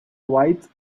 write